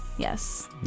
Yes